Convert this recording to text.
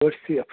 گٲڑۍ چھِ سیف